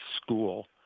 school